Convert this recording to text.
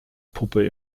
puppe